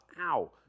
Ow